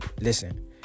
Listen